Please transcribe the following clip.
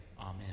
Amen